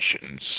nations